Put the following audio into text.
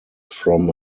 from